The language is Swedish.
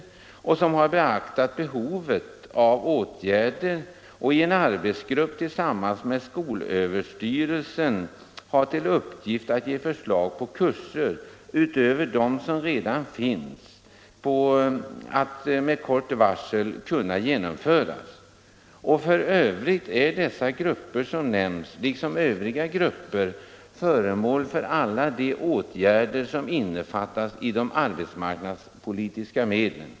AMS har också beaktat behovet av åtgärder. Tillsammans med skolöverstyrelsen har man en arbetsgrupp med uppgift att avge förslag på lämpliga kurser — utöver dem som redan finns — vilka kan genomföras med kort varsel. Dessutom är de grupper som reservanterna nämner, liksom övriga grupper, föremål för alla de åtgärder som innefattas i de arbetsmarknadspolitiska medlen.